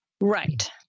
Right